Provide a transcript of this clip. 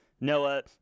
Noah